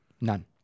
None